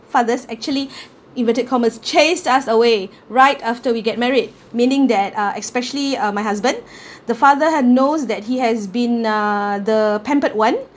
fathers actually inverted commas chased us away right after we get married meaning that uh especially uh my husband the father had knows that he has been uh the pampered one